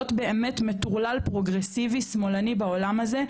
להיות באמת מטורלל פרוגרסיבי שמאלני בעולם הזה,